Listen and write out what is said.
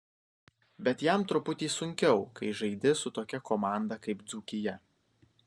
bet jam truputį sunkiau kai žaidi su tokia komanda kaip dzūkija